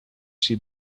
she